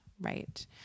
Right